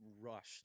rushed